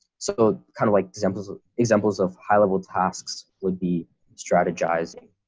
so kind of like examples of examples of high level tasks would be strategizing,